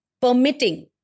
permitting